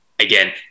again